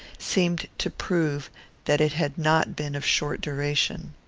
seemed to prove that it had not been of short duration.